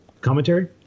commentary